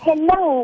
Hello